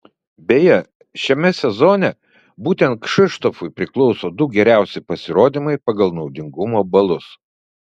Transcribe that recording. beje šiame sezone būtent kšištofui priklauso du geriausi pasirodymai pagal naudingumo balus